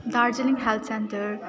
Darjeeling health centre